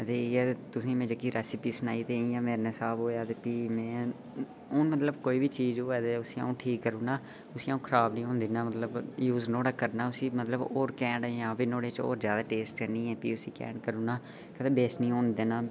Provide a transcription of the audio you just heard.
इ'यै तुसें गी में रेसिपी सनाई ते इ'यां मेरे कन्नै स्हाब होएआ ते फ्ही जिसलै कोई बी चीज होऐ ते उसी आ'ऊं ठीक करी औढ़ना उसी आ'ऊं खराब नीं होन दिनां मतलब यूज करना मतलब होर कैंट मतलब होर जैदा टेस्ट आह्न्नियै उसी होर घैंट करी औढ़ना उसी बेसट नीं होन देना